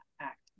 act